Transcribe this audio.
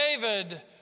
David